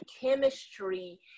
chemistry